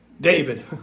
David